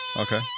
Okay